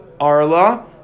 Arla